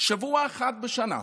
שבוע אחד בשנה,